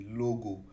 logo